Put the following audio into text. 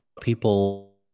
people